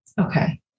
Okay